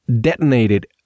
detonated